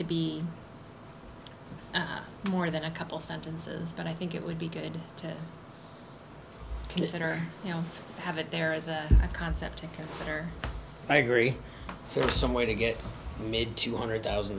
to be more than a couple sentences but i think it would be good to consider you know have it there is a concept to consider i agree there is some way to get made two hundred thousand